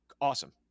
awesome